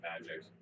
magic